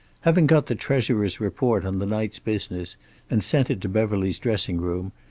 having got the treasurer's report on the night's business and sent it to beverly's dressing-room,